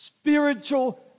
spiritual